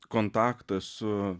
kontaktą su